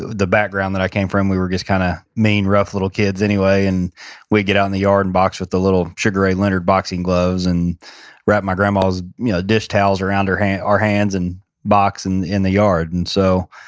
the background that i came from, we were just kind of mean, rough little kids anyway. and we'd get out in the yard and box with the little sugar ray leonard boxing gloves, and wrapped my grandma's you know dish towels around our hands our hands and boxed and in the yard and so,